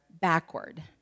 backward